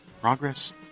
Progress